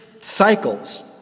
cycles